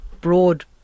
broad